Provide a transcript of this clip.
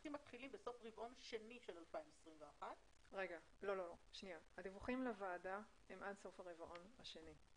הדיווחים מתחילים בסוף רבעון שני של 2021. הדיווחים לוועדה הם עד סוף הרבעון השני.